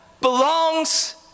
belongs